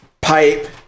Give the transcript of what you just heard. pipe